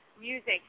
music